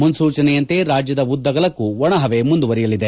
ಮುನ್ಲೂಚನೆಯಂತೆ ರಾಜ್ಯದ ಉದ್ದಗಲಕ್ಕೂ ಒಣಹವೆ ಮುಂದುವರಿಯಲಿದೆ